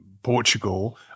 Portugal